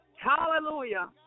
Hallelujah